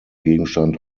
gegenstand